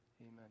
Amen